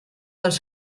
dels